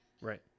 Right